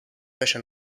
fece